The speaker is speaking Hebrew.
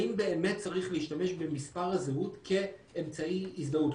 האם באמת צריך להשתמש במספר הזהות כאמצעי הזדהות,